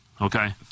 Okay